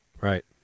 Right